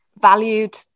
valued